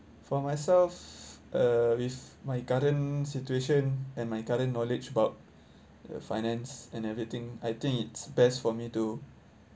for myself uh with my current situation and my current knowledge about uh finance and everything I think it's best for me to